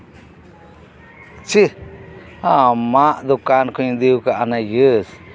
ᱪᱷᱤ ᱟᱢᱟᱜ ᱫᱚᱠᱟᱱ ᱠᱷᱚᱱᱤᱧ ᱤᱫᱤ ᱟᱠᱟᱫ ᱤᱭᱟᱹ